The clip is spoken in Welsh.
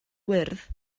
wyrdd